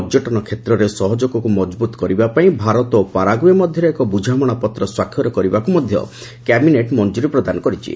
ପର୍ଯ୍ୟଟନ କ୍ଷେତ୍ରରେ ସହଯୋଗକୁ ମଜବୁତ କରିବା ପାଇଁ ଭାରତ ଓ ପାରାଗୁଏ ମଧ୍ୟରେ ଏକ ବୁଝାମଣାପତ୍ର ସ୍ୱାକ୍ଷର କରିବାକୁ ମଧ୍ୟ କ୍ୟାବିନେଟ୍ ମଫ୍ଜୁରୀ ପ୍ରଦାନ କରିଛି